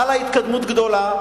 חלה התקדמות גדולה,